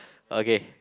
okay